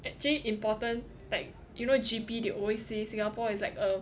actually important like you know G_P they always say Singapore is like a